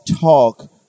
talk